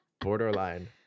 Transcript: borderline